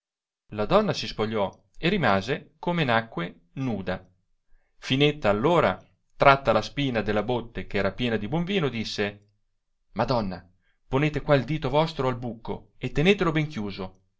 la donna si spogliò e rimase come nacque nuda finetta all ora tratta la spina della botte che era piena di buon vino disse madonna ponete qua il dito vostro al bucco e tenetelo ben chiuso